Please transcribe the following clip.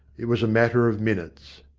it was a matter of minutes.